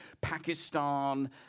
Pakistan